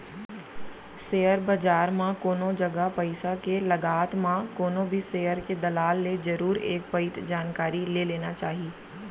share बजार म कोनो जगा पइसा के लगात म कोनो भी सेयर के दलाल ले जरुर एक पइत जानकारी ले लेना चाही